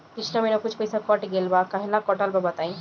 पिछला महीना कुछ पइसा कट गेल बा कहेला कटल बा बताईं?